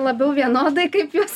labiau vienodai kaip juos